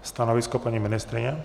Stanovisko paní ministryně?